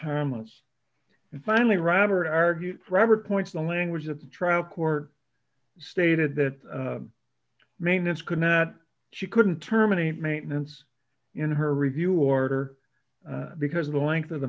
harmless and finally robert argued robert points the language of the trial court stated that maintenance could not she couldn't terminate maintenance in her review order because of the length of the